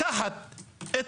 לקחת את